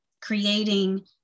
creating